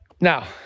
Now